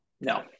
no